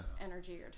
energy